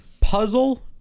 Puzzle